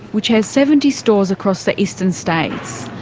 which has seventy stores across the eastern states.